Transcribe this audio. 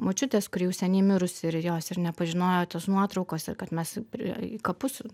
močiutės kuri jau seniai mirusi ir jos ir nepažinojo tos nuotraukos ir kad mes į kapus